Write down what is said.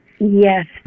Yes